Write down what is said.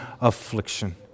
affliction